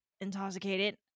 intoxicated